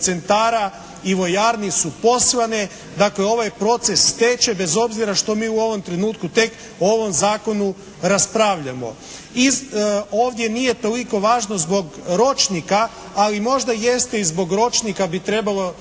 centara i vojarni su poslane, dakle ovaj proces teče bez obzira što mi u ovom trenutku tek u ovom zakonu raspravljamo. I ovdje nije toliko važno zbog ročnika, ali možda jeste i zbog ročnika bi trebalo